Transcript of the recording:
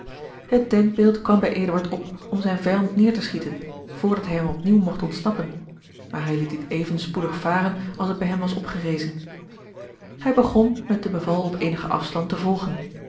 het denkbeeld kwam bij eduard op om zijn vijand neêr te schieten voordat hij hem op nieuw mogt ontsnappen maar hij liet dit even spoedig varen als het bij hem was opgerezen hij begon met de beval op eenigen afstand te volgen